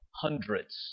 hundreds